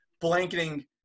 blanketing